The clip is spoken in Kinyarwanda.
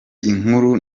inkuru